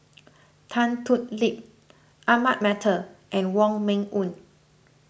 Tan Thoon Lip Ahmad Mattar and Wong Meng Voon